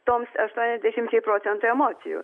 toms aštuoniasdešimčiai procentų emocijų